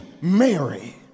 Mary